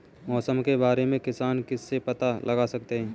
मौसम के बारे में किसान किससे पता लगा सकते हैं?